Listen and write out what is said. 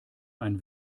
ein